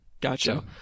gotcha